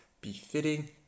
befitting